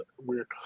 weird